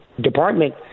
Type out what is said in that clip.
Department